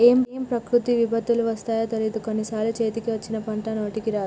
ఏం ప్రకృతి విపత్తులు వస్తాయో తెలియదు, కొన్ని సార్లు చేతికి వచ్చిన పంట నోటికి రాదు